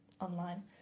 online